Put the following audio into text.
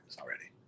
already